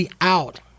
out